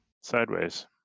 sideways